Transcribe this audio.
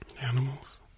animals